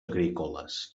agrícoles